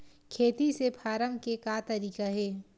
खेती से फारम के का तरीका हे?